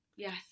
Yes